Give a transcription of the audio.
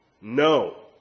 No